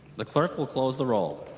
the clerk will close the roll.